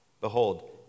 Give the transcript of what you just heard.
Behold